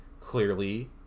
clearly